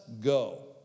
go